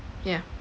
yeah